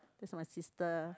this my sister